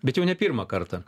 bet jau ne pirmą kartą